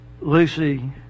Lucy